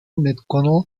mcconnell